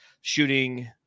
shooting –